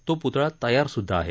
तो प्तळा तयारसुद्धा आहे